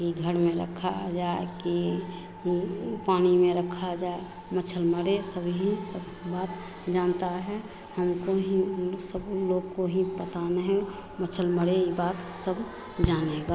कि घर में रखा जाए कि पानी में रखा जाए मछली मारे सब ही सब बात जानता है उनको ही उन लोग सब लोग को ही पता नहीं मछली मरे बात सब जानेगा